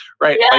Right